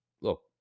look